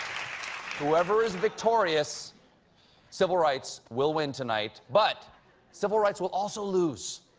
whoever is victorious civil rights will win tonight. but civil rights will also lose.